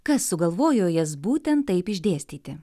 kas sugalvojo jas būtent taip išdėstyti